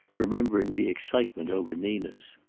remembering the excitement over nina's.